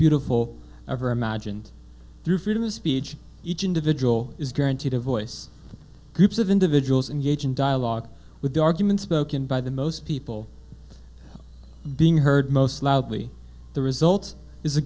beautiful ever imagined through freedom of speech each individual is guaranteed to voice groups of individuals and gauge in dialogue with the arguments spoken by the most people being heard most loudly the result is